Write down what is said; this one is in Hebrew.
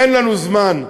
אין לנו זמן,